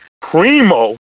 Primo